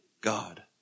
God